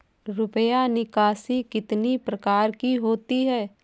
रुपया निकासी कितनी प्रकार की होती है?